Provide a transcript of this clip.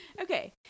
Okay